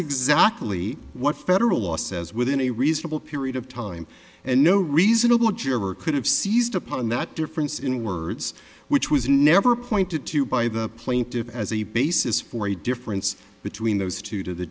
exactly what federal law says within a reasonable period of time and no reasonable juror could have seized upon that difference in words which was never pointed to by the plaintive as a basis for a difference between those two to the